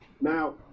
now